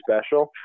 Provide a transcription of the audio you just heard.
special